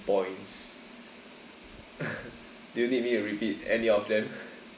points do you need me a repeat any of them